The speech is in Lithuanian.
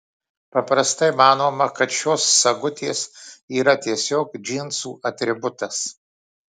paprastai manoma kad šios sagutės yra tiesiog džinsų atributas